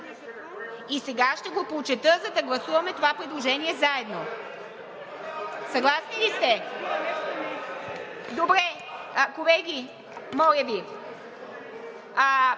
И сега ще го прочета, за да гласуваме това предложение заедно. Съгласни ли сте? Колеги, моля Ви!